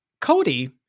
Cody